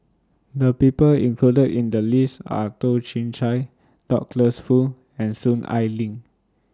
The People included in The list Are Toh Chin Chye Douglas Foo and Soon Ai Ling